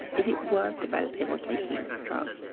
is it worth developing or taking this drug?